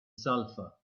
sulfur